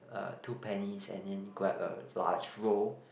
uh two pennies and then grab a large roll